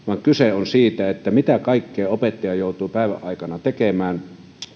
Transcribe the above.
kyse on siitä mitä kaikkea opettaja joutuu päivän aikana tekemään